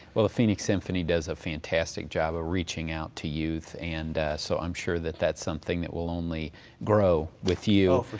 well, the phoenix symphony does a fantastic job of reaching out to youth, and so i'm sure that that's something that will only grow with you.